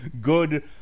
good